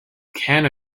can